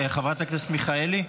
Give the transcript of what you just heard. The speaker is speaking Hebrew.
חברת הכנסת מיכאלי.